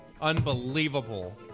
Unbelievable